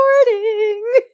recording